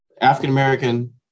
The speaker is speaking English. African-American